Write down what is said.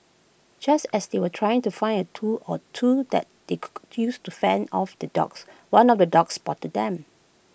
just as they were trying to find A tool or two that they to use to fend off the dogs one of the dogs spotted them